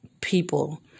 People